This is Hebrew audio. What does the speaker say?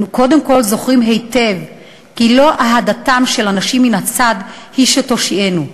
אנו קודם כול זוכרים היטב כי לא אהדתם של אנשים מן הצד היא שתושיענו,